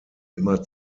immer